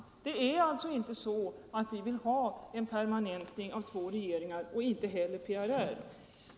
Det är alltså inte så att vi vill ha en permanentning av ett tillstånd med två regeringar, och det vill inte heller PRR.